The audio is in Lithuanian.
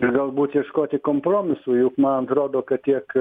ir galbūt ieškoti kompromisų juk man atrodo kad tiek